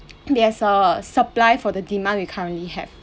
there's a supply for the demand we currently have